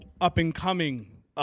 up-and-coming